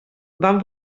van